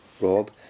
Rob